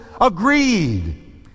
agreed